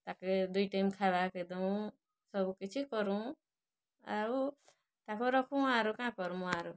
ତାକେ ଦୁଇ ଟାଇମ୍ ଖାଇବାକେ ଦଉଁ ସବୁ କିଛି କରୁଁ ଆଉ ତାକେ ରଖୁଁ ଆରୁ କାଁ କରମୁ ଆରୁ